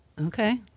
Okay